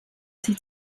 sich